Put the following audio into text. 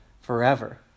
forever